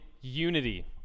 unity